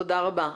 תודה רבה.